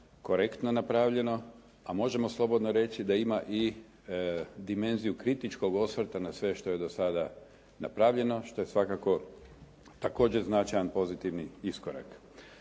korektno napravljeno, a možemo slobodno reći da ima i dimenziju kritičkog osvrta na sve što je do sada napravljeno, što je svakako također značajan pozitivni iskorak.